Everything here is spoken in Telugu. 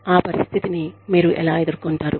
ఆ పరిస్థితిని మీరు ఎలా ఎదుర్కొంటారు